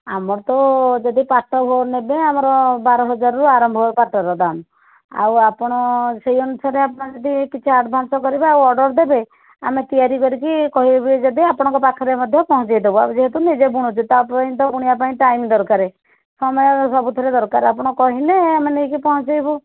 ଆମର ତ ଯଦି ପାଟ ନେବେ ଆମର ବାର ହଜାରରୁ ଆରମ୍ଭ ପାଟର ଦାମ୍ ଆଉ ଆପଣ ସେଇ ଅନୁସାରେ ଆପଣ ଯଦି କିଛି ଆଡ଼ଭାନ୍ସ କରିବେ ଆଉ ଅର୍ଡ଼ର୍ ଦେବେ ଆମେ ତିଆରି କରିକି କହିବେ ଯଦି ଆପଣଙ୍କ ପାଖରେ ମଧ୍ୟ ପହଁଞ୍ଚେଇ ଦେବୁ ଆଉ ଯେହେତୁ ନିଜେ ବୁଣୁଛୁ ତା ପାଇଁ ତ ବୁଣିବା ପାଇଁ ଟାଇମ୍ ଦରକାର୍ ସମୟ ସବୁଥିରେ ଦରକାର୍ ଆପଣ କହିଲେ ଆମେ ନେଇକି ପହଁଞ୍ଚେଇବୁ